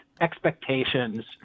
expectations